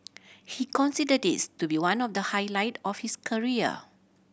he consider this to be one of the highlight of his career